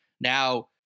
now